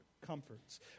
comforts